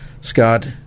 Scott